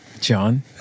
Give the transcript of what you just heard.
John